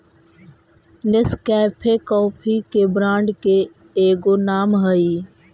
Nescafe coffee के brand के एगो नाम हई